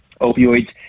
opioids